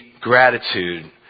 gratitude